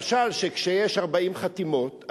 למשל כשיש 40 חתימות,